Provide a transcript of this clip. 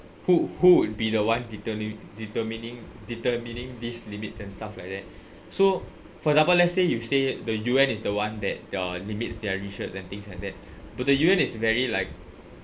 who who would be the one determi~ determining determining these limits and stuff like that so for example let's say you say the U_N is the one that uh limits their research and things like that but the U_N is very like